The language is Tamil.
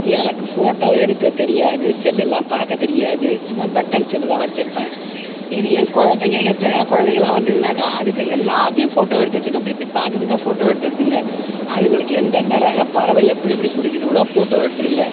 எனக்கு ஃபோட்டோ எடுக்கத் தெரியாது செல்லெலாம் பார்க்க தெரியாது சும்மா பட்டன் செல்லு தான் வச்சுருப்பேன் இது என் குழந்தைங்க எங்கள் பேர குழந்தைங்களாம் வந்ததுன்னாக்கா அதுகள் எல்லாத்தையும் ஃபோட்டோ எடுத்துடுதுங்க அப்படி இப்படி பார்க்குதுங்க ஃபோட்டோ எடுத்துடுதுங்க அதுங்களுக்கு எந்தெந்த ரக பறவை எப்டி எப்டி புடிக்கிதுகளோ ஃபோட்டோ எடுத்துடுங்க